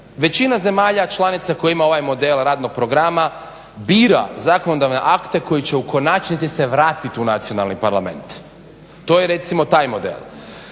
Većina zemalja članica koje ima ovaj model radnog programa bira zakonodavne akte koji će u konačnici se vratiti u nacionalni parlament. To je recimo taj model.